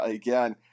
again